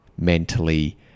mentally